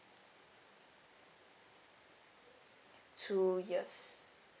two years